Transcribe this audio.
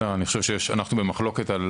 אנחנו במחלוקת על